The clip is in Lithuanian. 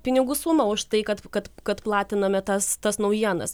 pinigų sumą už tai kad kad kad platiname tas tas naujienas